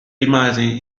rimase